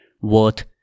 worth